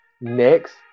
next